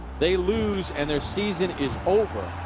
they lose and their season is over.